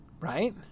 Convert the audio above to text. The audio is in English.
right